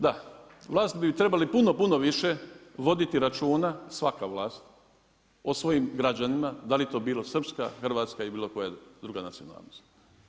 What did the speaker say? Da, vlasti bi trebale puno, puno više voditi računa, svaka vlast o svojim građanima, dal i to bila srpska, hrvatska ili bilo koja druga nacionalnost.